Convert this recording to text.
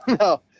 no